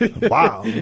Wow